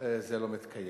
זה לא מתקיים.